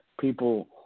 people